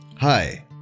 Hi